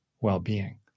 well-being